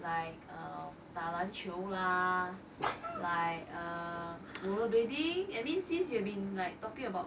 like um 打篮球 lah like uh rollerblading and means since you've been like talking about